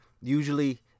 Usually